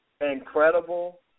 incredible